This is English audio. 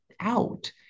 out